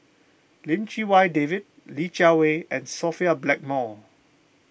Lim Chee Wai David Li Jiawei and Sophia Blackmore